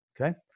okay